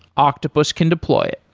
octopus can deploy it.